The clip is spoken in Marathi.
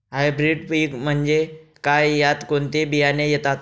हायब्रीड पीक म्हणजे काय? यात कोणते बियाणे येतात?